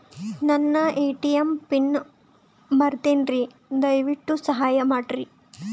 ನನ್ನ ATM PIN ಮರೆತೇನ್ರೀ, ದಯವಿಟ್ಟು ಸಹಾಯ ಮಾಡ್ರಿ